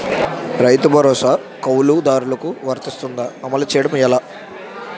రైతు భరోసా కవులుదారులకు వర్తిస్తుందా? అమలు చేయడం ఎలా